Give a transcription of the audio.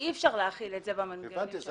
אי אפשר להחיל את זה במנגנונים של החוק.